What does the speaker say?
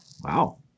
Wow